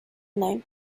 name